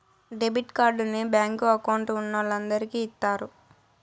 debit కార్డుని bank account ఉన్నోలందరికి ఇత్తారు